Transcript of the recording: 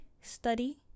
study